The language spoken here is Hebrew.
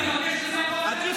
עדיף